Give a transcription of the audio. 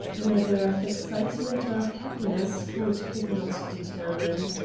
whether of excitement or of happiness ford could not determine.